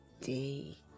day